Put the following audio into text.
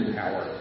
power